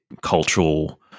cultural